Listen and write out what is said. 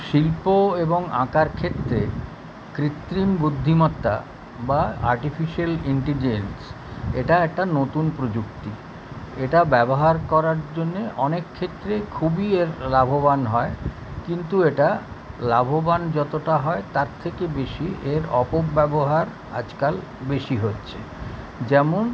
শিল্প এবং আঁকার ক্ষেত্রে কৃত্রিম বুদ্ধিমত্তা বা আর্টিফিশিয়াল ইন্টেলিজেন্স এটা একটা নতুন প্রযুক্তি এটা ব্যবহার করার জন্যে অনেক ক্ষেত্রে খুবই এর লাভবান হয় কিন্তু এটা লাভবান যতোটা হয় তার থেকে বেশি এর অপব্যবহার আজকাল বেশি হচ্ছে যেমন